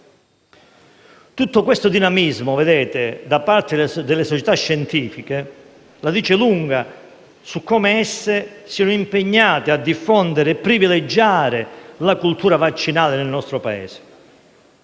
Tutto questo dinamismo da parte delle società scientifiche la dice lunga su come esse siano impegnate a diffondere e privilegiare la cultura vaccinale nel nostro Paese.